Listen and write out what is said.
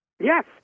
Yes